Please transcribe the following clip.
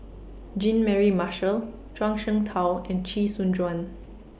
Jean Mary Marshall Zhuang Shengtao and Chee Soon Juan